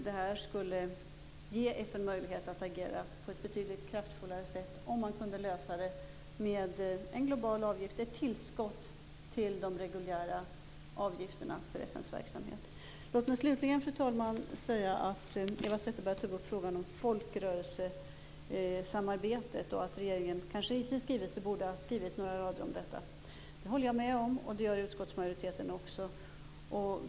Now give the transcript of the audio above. Det skulle ge FN möjlighet att agera på ett betydligt kraftfullare sätt om man kunde lösa finansieringen med en global avgift som ett tillskott till de reguljära avgifterna för FN:s verksamhet. Fru talman! Eva Zetterberg tog upp frågan om folkrörelsesamarbetet och att regeringen i sin skrivelse kanske borde ha skrivit några rader om detta. Det håller jag med om. Det gör också utskottsmajoriteten.